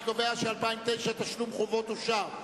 אני קובע ש-2009, תשלום חובות אושר.